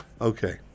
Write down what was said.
Okay